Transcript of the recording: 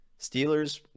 Steelers